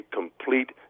complete